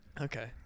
Okay